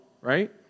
right